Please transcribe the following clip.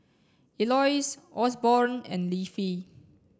Eloise Osborn and Leafy